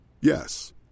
Yes